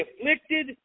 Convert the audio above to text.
afflicted